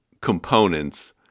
components